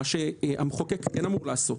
מה שהמחוקק כן אמור לעשות,